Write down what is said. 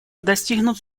достигнут